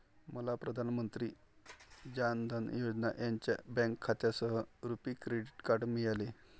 मला प्रधान मंत्री जान धन योजना यांच्या बँक खात्यासह रुपी डेबिट कार्ड मिळाले